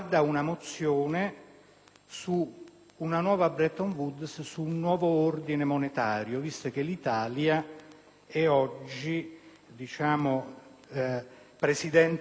è oggi Presidente di turno